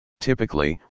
typically